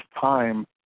time